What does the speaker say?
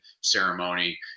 ceremony